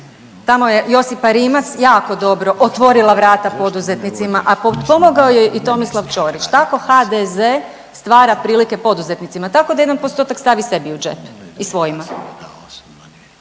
Tamo je Josipa Rimac jako dobro otvorila vrata poduzetnicima, a pomogao joj je i Tomislav Čorić. Tako HDZ stvara prilike poduzetnicima. Tako da jedan postotak stavi sebi u džep i svojima.